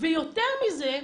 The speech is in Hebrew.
יותר מזה,